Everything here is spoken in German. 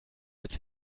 als